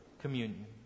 communion